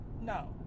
No